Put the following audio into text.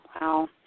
Wow